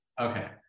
okay